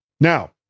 Now